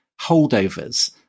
holdovers